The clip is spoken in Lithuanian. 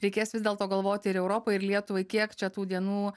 reikės vis dėlto galvoti ir europai ir lietuvai kiek čia tų dienų